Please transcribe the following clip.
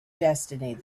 destiny